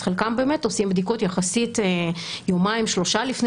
אז חלקם באמת עושים בדיקות יומיים או שלושה לפני